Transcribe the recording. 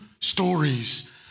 stories